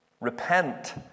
Repent